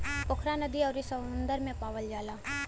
पोखरा नदी अउरी समुंदर में पावल जाला